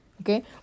okay